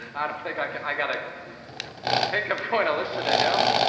i don't think i can, i gotta you think i'm going to listen to him?